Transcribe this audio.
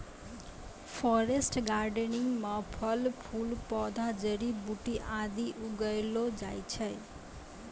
forest gardening म फल फूल पौधा जड़ी बूटी आदि उगैलो जाय छै